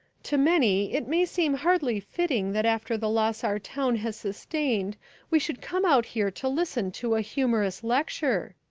to many it may seem hardly fitting that after the loss our town has sustained we should come out here to listen to a humorous lecture,